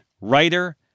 writer